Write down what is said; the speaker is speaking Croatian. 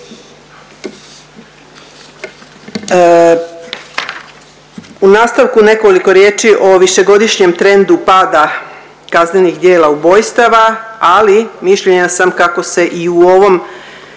U nastavku nekoliko riječi o višegodišnjem trendu pada kaznenih djela ubojstava ali mišljenja sam kako se i u ovom